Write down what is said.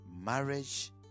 Marriage